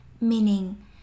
meaning